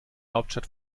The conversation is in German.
hauptstadt